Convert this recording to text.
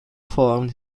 formed